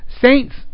Saints